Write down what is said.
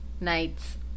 nights